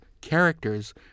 characters